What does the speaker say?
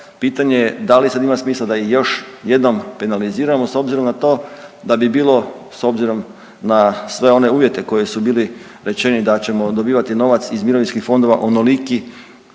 pitanje je da li sad ima smisla da ih još jednom penaliziramo s obzirom na to da bi bilo s obzirom na sve one uvjete koji su bili rečeni da ćemo dobivati novac iz mirovinskih fondova onoliki